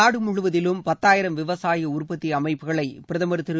நாடு முழுவதிலும் பத்தாயிரம் விவசாய உற்பத்தி அமைப்புகளை பிரதமர் திரு